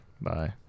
Bye